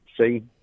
See